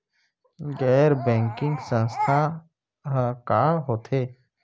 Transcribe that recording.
गैर बैंकिंग संस्था ह का होथे?